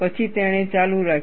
પછી તેણે ચાલુ રાખ્યું